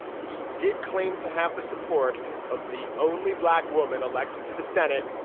he did claim to have the support of the only black woman elected to the senate,